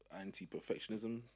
Anti-perfectionism